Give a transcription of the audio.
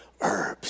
herbs